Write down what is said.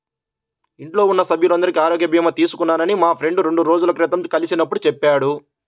ఇంట్లో ఉన్న సభ్యులందరికీ ఆరోగ్య భీమా తీసుకున్నానని మా ఫ్రెండు రెండు రోజుల క్రితం కలిసినప్పుడు చెప్పాడు